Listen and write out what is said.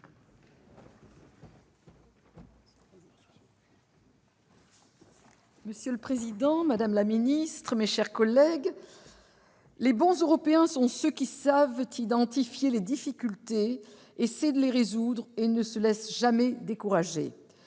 Monsieur le président, madame la ministre, mes chers collègues, « les bons Européens sont ceux qui savent identifier les difficultés, essaient de les résoudre et ne se laissent jamais décourager